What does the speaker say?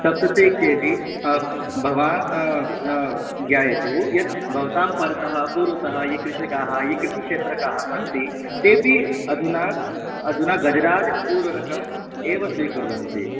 सप्तति के जि भवान् ज्ञायतु यत् भवतां परतः पूर्वतः ये कृषिकाः ये कृषिक्षेत्रकाः सन्ति तेऽपि अधुना अधुना गजराज उर्वरकम् एव स्वीकुर्वन्ति